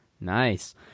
nice